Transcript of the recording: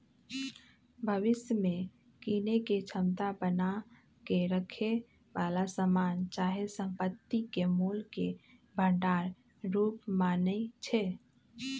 भविष्य में कीनेके क्षमता बना क रखेए बला समान चाहे संपत्ति के मोल के भंडार रूप मानइ छै